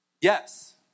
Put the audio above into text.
Yes